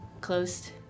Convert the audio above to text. closed